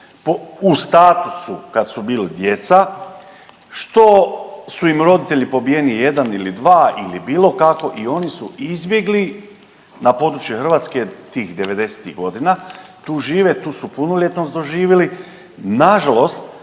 u statusu, kad su bili djeca, što su im roditelji pobijeni, 1 ili 2 ili bilo kako i oni su izbjegli na područje Hrvatske tih 90-ih godina, tu žive, tu su punoljetnost doživjeli, nažalost